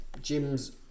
jim's